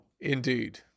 indeed